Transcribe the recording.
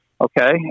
Okay